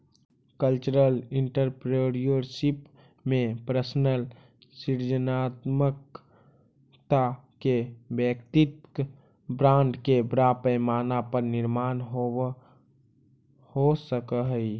cultural entrepreneurship में personal सृजनात्मकता के वैयक्तिक ब्रांड के बड़ा पैमाना पर निर्माण हो सकऽ हई